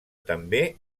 també